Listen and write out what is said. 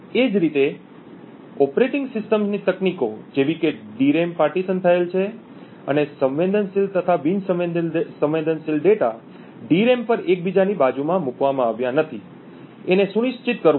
એ જ રીતે ઓપરેટીંગ સિસ્ટમની તકનીકો જેવી કે ડીરેમ પાર્ટીશન થયેલ છે અને સંવેદનશીલ તથા બિન સંવેદનશીલ ડેટા ડીરેમ પર એકબીજાની બાજુમાં મૂકવામાં આવ્યાં નથી એને સુનિશ્ચિત કરવું